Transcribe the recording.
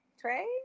Trey